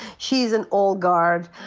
she is an old guard,